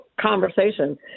conversation